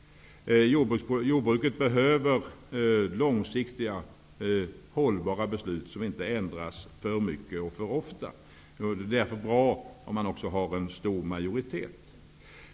Inom jordbruket behövs långsiktiga hållbara beslut som inte ändras för mycket och för ofta. Det vore därför också bra med en stor majoritet.